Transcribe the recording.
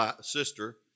sister